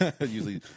Usually